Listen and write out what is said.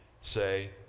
say